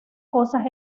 cosas